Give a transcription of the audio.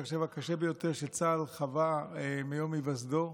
אני חושב הקשה ביותר שצה"ל חווה מיום היווסדו,